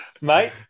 Mate